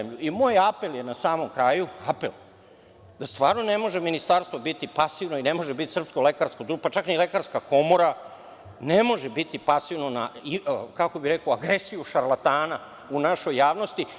Moj apel je na samom kraju, apel da stvarno ne može Ministarstvo biti pasivno i ne može biti srpska lekarska grupa, pa čak ni Lekarska komora ne može biti pasivna, kako bih rekao, agresiju šarlatana u našoj javnosti.